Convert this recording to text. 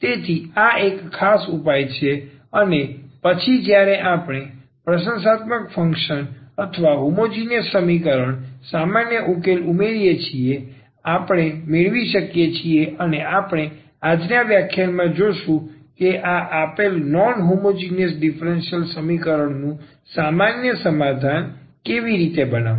તેથી આ એક ખાસ ઉપાય છે અને પછી જ્યારે આપણે પ્રશંસાત્મક ફંક્શન અથવા હોમોજીનીયસ સમીકરણ સામાન્ય ઉકેલ ઉમેરીએ છીએ આપણે મેળવી શકીએ છીએ અને આપણે આજના વ્યાખ્યાનમાં જોશું કે આ આપેલ નોન હોમોજીનીયસ ડીફરન્સીયલ સમીકરણનું સામાન્ય સમાધાન કેવી રીતે બનાવશે